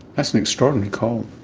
that's an extraordinary call.